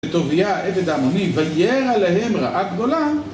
וטוביה העבד העמוני וירע להם רעה גדולה